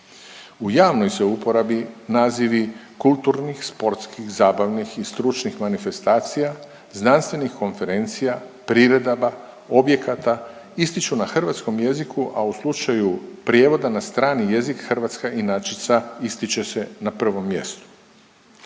U javnoj se uporabi nazivi kulturnih, sportskih, zabavnih i stručnih manifestacija, znanstvenih konferencija, priredaba, objekata ističu na hrvatskom jeziku, a u slučaju prijevoda na strani jezik, hrvatska inačica ističe se na prvom mjestu.